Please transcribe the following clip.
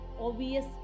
Obvious